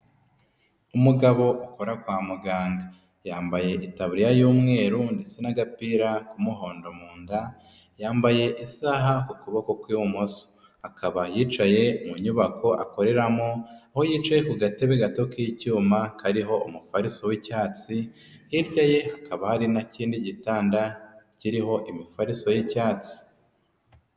Umugabo akora kwa muganga yambaye itaburiya y'umweru ndetse n'agapira k'umuhondo mu nda, yambaye isaha ku kuboko kw'ibumoso. Akaba yicaye mu nyubako akoreramo aho yicaye ku gatebe gato k'icyuma kariho umufariso w'icyatsi, hirya ye hakaba hari n'ikindi gitanda kiriho imifariso y'icyatsi.